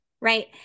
right